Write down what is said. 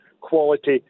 quality